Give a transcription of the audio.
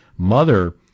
mother